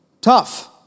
tough